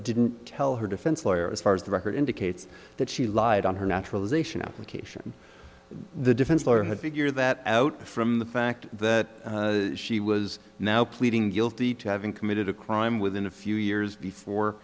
didn't tell her defense lawyer as far as the record indicates that she lied on her naturalization application the defense lawyer had figured that out from the fact that she was now pleading guilty to having committed a crime within a few years before